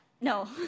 No